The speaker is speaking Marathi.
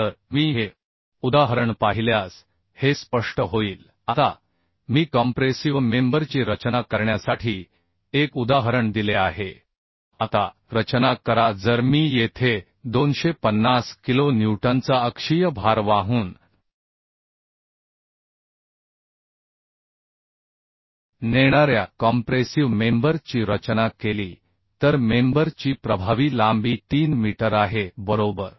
तर मी हे उदाहरण पाहिल्यास हे स्पष्ट होईल आता मी कॉम्प्रेसिव्ह मेंबरची रचना करण्यासाठी एक उदाहरण दिले आहे आता रचना करा जर मी येथे 250 किलो न्यूटनचा अक्षीय भार वाहून नेणाऱ्या कॉम्प्रेसिव मेंबर ची रचना केली तर मेंबर ची प्रभावी लांबी 3 मीटर आहे बरोबर